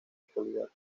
actualidad